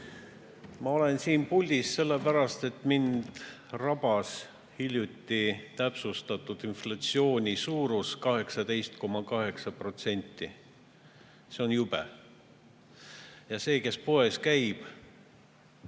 Ma olen siin puldis sellepärast, et mind rabas hiljuti täpsustatud inflatsiooni suurus 18,8%. See on jube! See, kes poes käib,